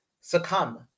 succumb